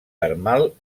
termal